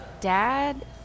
dad